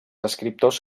escriptors